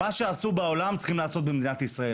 מה שעשו בעולם, צריכים לעשות במדינת ישראל.